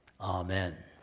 amen